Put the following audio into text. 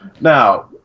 Now